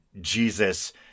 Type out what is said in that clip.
Jesus